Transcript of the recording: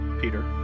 peter